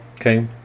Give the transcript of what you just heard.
Okay